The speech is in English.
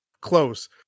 close